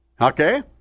Okay